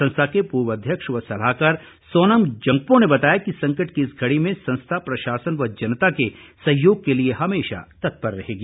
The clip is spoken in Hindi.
संस्था के पूर्व अध्यक्ष व सलाहकार सोनम जंगपो ने बताया कि संकट की इस घड़ी में संस्था प्रशासन व जनता के सहयोग के लिए हमेशा तत्पर रहेगी